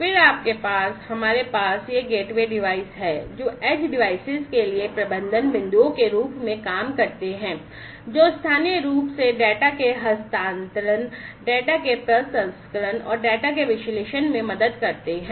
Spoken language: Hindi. फिर आपके पास हमारे पास ये गेटवे डिवाइस हैं जो एज डिवाइसेस के लिए प्रबंधन बिंदुओं के रूप में काम करते हैं जो स्थानीय रूप से डेटा के हस्तांतरण डेटा के प्रसंस्करण और डेटा के विश्लेषण में मदद करते हैं